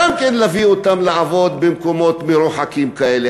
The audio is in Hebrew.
גם כן, להביא אותן לעבוד במקומות מרוחקים כאלה?